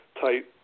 tight